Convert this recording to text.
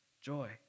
Joy